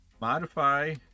modify